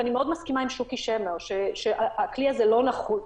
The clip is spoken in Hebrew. ואני מאוד מסכימה עם שוקי שמר שהכלי הזה לא נחוץ